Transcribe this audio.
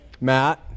Matt